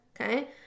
Okay